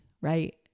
right